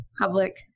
public